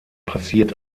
passiert